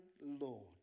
Lord